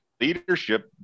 leadership